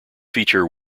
feature